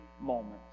moment